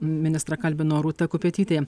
ministrą kalbino rūta kupetytė